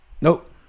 Nope